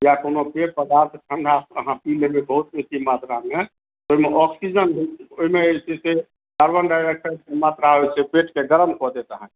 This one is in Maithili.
किए तऽ ओहिमे पेय पदार्थ ठंडा अहाँ पी लेलियै बहुत बेसी मात्रामे ओहि मे ऑक्सिजन रहै छै ओहिमे जे रहै छै से कार्बन डाइऑक्साइड के मात्र पेट गरम कय देत अहाॅंके